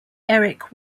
eric